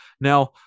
Now